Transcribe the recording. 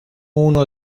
uno